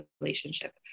relationship